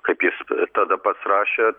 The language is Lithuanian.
kaip jis tada pats rašė